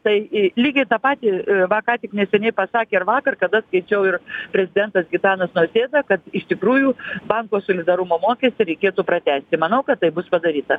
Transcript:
tai lygiai tą patį va ką tik neseniai pasakė ir vakar kada skaičiau ir prezidentas gitanas nausėda kad iš tikrųjų banko solidarumo mokestį reikėtų pratęsti manau kad taip bus padaryta